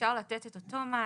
שאפשר לתת את אותו מענה,